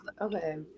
okay